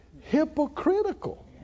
hypocritical